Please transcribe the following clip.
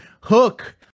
Hook